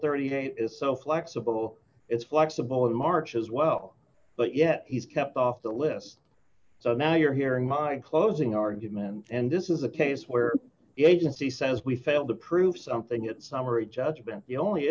thirty days is so flexible it's flexible in march as well but yet he's kept off the list so now you're hearing my closing argument and this is a case where the agency says we failed to prove something it's summary judgment the only